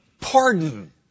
pardon